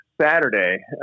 Saturday